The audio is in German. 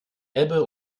ebbe